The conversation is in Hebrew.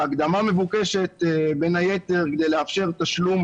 ההקדמה מבוקשת בין היתר כדי לאפשר תשלום